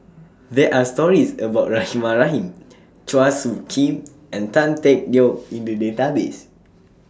There Are stories about Rahimah Rahim Chua Soo Khim and Tan Teck Neo in The Database